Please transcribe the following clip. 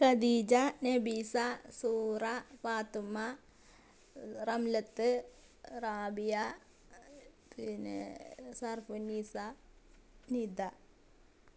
ഖദീജ നെബീസ സൂറ പാത്തുമ്മ റംലത്ത് റാബിയ പിന്നെ സർഫുനീസ നിത